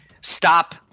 stop-